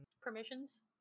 permissions